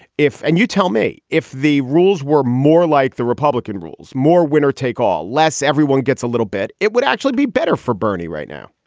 if and you tell me if the rules were more like the republican rules, more winner take all less everyone gets a little bit. it would actually be better for bernie right now